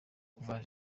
kuva